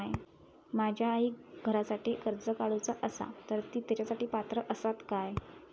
माझ्या आईक घरासाठी कर्ज काढूचा असा तर ती तेच्यासाठी पात्र असात काय?